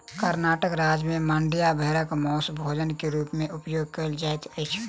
कर्णाटक राज्य में मांड्या भेड़क मौस भोजन के रूप में उपयोग कयल जाइत अछि